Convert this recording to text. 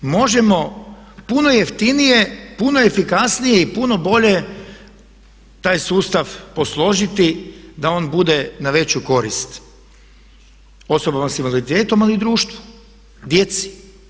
Da li možda možemo puno jeftinije, puno efikasnije i puno bolje taj sustav posložiti da on bude na veću korist osobama sa invaliditetom ali i društvu, djeci?